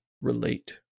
relate